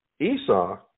Esau